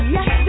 Yes